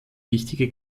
wichtige